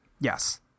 Yes